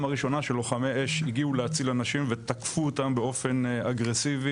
הראשונה שלוחמי אש הגיעו להציל אנשים ותקפו אותם באופן אגרסיבי,